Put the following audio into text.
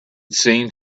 seemed